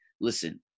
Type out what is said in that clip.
listen